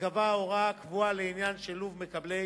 תיקבע ההוראה הקבועה לעניין שילוב מקבלי